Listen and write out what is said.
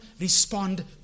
respond